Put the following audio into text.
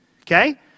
okay